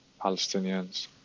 Palestinians